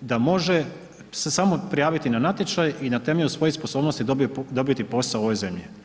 da može se samo prijaviti na natječaj i na temelju svojih sposobnosti dobiti posao u ovoj zemlji?